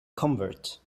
convert